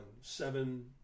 seven